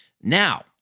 Now